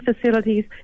facilities